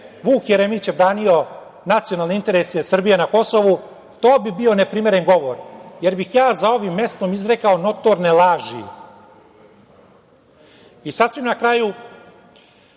Vuk Jeremić je branio nacionalne interese Srbije na Kosovu, to bi bio neprimeren govor, jer bih ja za ovim mestom izrekao notorne laži. Sasvim na kraju,